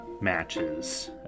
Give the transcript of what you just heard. matches